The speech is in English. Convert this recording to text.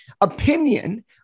Opinion